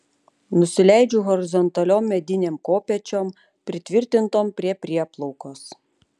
nusileidžiu horizontaliom medinėm kopėčiom pritvirtintom prie prieplaukos